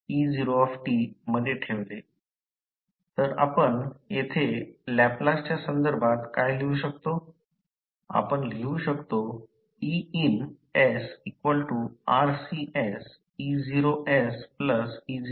तर येथे आपण लॅपलासच्या संदर्भात काय लिहू शकतो आपण लिहू शकतो Ein S RCS e0S e0S